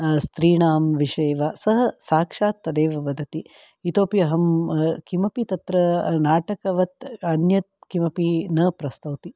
स्त्रीणां विषये वा सः साक्षात् तदेव वदति इतोपि अहं किमपि तत्र नाटकवत् अन्यत् किमपि न प्रस्तोति